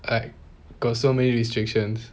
I got so many restrictions